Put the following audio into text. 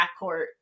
backcourt